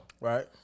right